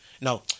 No